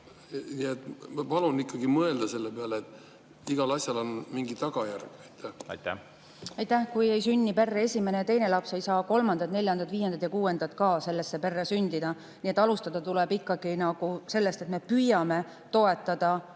Nii et palun ikkagi mõelda selle peale, et igal asjal on mingi tagajärg. Aitäh! Kui ei sünni perre esimene ja teine laps, ei saa kolmandad, neljandad, viiendad ja kuuendad ka sellesse perre sündida. Nii et alustada tuleb ikkagi sellest, et me püüame toetada naiste